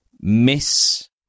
miss